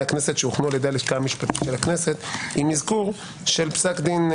הכנסת שהוכנו על ידי הלשכה המשפטית של הנכנסת עם אזכור של פסק של,